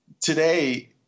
today